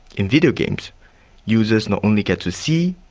in videogames users not only get to see,